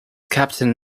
captain